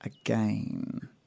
Again